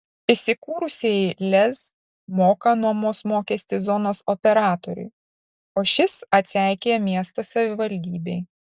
įsikūrusieji lez moka nuomos mokestį zonos operatoriui o šis atseikėja miesto savivaldybei